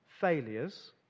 failures